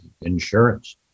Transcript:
insurance